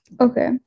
Okay